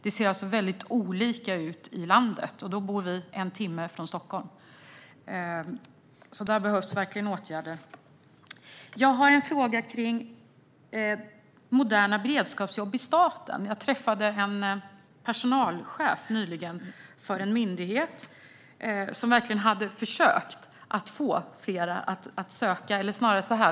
Det ser väldigt olika ut i landet, och vi bor alltså bara en timme från Stockholm. Det behövs verkligen åtgärder. Jag har en fråga om moderna beredskapsjobb i staten. Jag träffade nyligen en personalchef för en myndighet, som verkligen hade försökt.